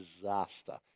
disaster